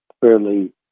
fairly